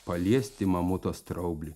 paliesti mamuto straublį